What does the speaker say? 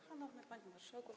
Szanowny Panie Marszałku!